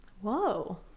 Whoa